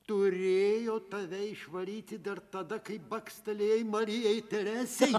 turėjo tave išvaryti dar tada kai bakstelėjai marijai teresei